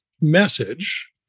message